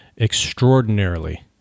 extraordinarily